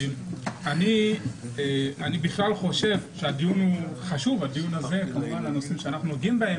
אני בכלל חושב שהדיון חשוב וכלל הנושאים בהם אנחנו נוגעים,